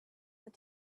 were